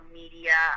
media